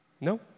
no